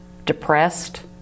depressed